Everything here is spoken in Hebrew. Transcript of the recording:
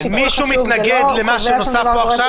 מישהו מתנגד למה שנוסף פה עכשיו?